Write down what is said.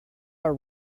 are